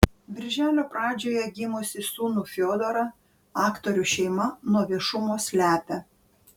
birželio pradžioje gimusį sūnų fiodorą aktorių šeima nuo viešumo slepia